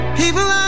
people